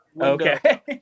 Okay